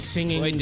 Singing